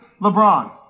LeBron